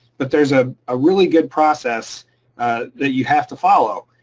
but there's a ah really good process that you have to follow.